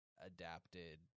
adapted